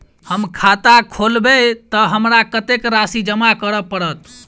हम खाता खोलेबै तऽ हमरा कत्तेक राशि जमा करऽ पड़त?